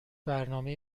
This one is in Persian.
برنامه